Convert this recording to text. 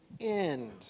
end